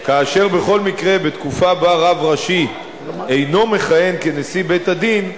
כאשר בכל מקרה בתקופה שבה רב ראשי אינו מכהן כנשיא בית-הדין,